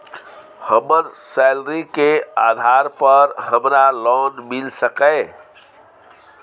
हमर सैलरी के आधार पर हमरा लोन मिल सके ये?